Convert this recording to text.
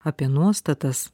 apie nuostatas